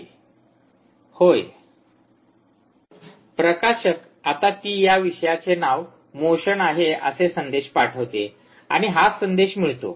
विद्यार्थी होय प्रकाशक आता ती या विषयाचे नाव मोशन आहे असे संदेश पाठवते आणि हाच संदेश मिळतो